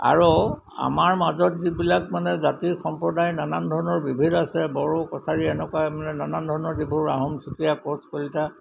আৰু আমাৰ মাজত যিবিলাক মানে জাতি সম্প্ৰদায় নানান ধৰণৰ বিভিদ আছে বড়ো কথাৰী এনেকুৱাই মানে নানান ধৰণৰ যিবোৰ আহোম চুতীয়া কোচ কলিতা